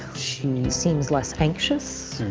she seems less anxious.